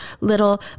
little